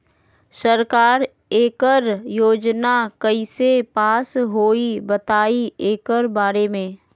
सरकार एकड़ योजना कईसे पास होई बताई एकर बारे मे?